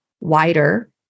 wider